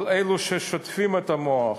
אבל אלו ששוטפים את המוח,